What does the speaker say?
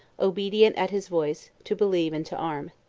obedient at his voice, to believe and to arm.